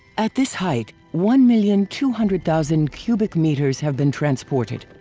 at this height, one million two hundred thousand cubic meters have been transported.